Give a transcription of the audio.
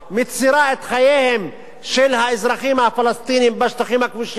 מצרה את חייהם של האזרחים הפלסטינים בשטחים הכבושים,